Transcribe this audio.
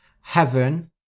Heaven